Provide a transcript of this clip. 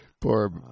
Poor